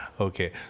Okay